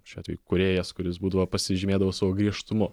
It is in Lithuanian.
šiuo atveju kūrėjas kuris būdavo pasižymėdavo savo griežtumu